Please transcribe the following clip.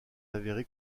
avéré